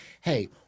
hey